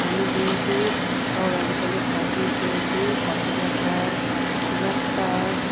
আমি যেহেতু শহরাঞ্চলে থাকি সেহেতু পাখি দেখার খুব একটা